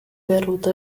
garoto